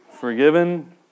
Forgiven